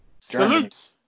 Salute